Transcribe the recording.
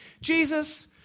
Jesus